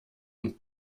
und